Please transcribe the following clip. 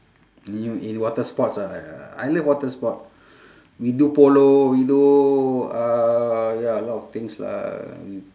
in in water sports ah I love water sport we do polo we do uh ya a lot of things lah we